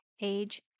age